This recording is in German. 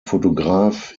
fotograf